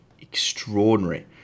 extraordinary